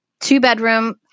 two-bedroom